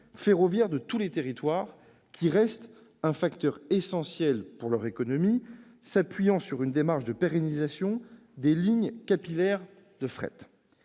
ferroviaire de tous les territoires, qui reste un facteur essentiel pour leur économie, s'appuie sur une démarche de pérennisation des lignes capillaires de fret.